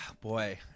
boy